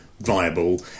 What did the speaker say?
viable